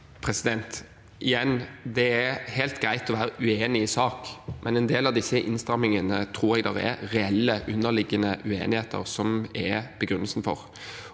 Igjen: Det er helt greit å være uenig i sak, men for en del av disse innstramningene tror jeg det er reelle, underliggende uenigheter som er begrunnelsen.